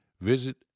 visit